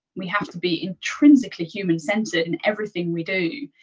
we have to be intrinsically human-centered in everything we do.